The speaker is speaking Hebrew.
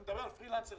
כשאני מדבר על פרילנסר,